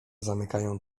zamykają